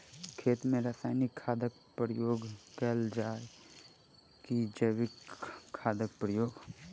खेत मे रासायनिक खादक प्रयोग कैल जाय की जैविक खादक प्रयोग?